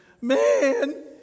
Man